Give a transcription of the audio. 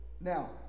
Now